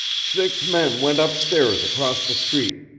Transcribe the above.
six men went up stairs across the street.